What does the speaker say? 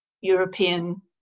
european